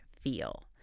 feel